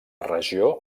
regió